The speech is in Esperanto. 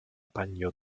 panjo